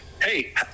hey